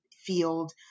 field